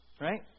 Right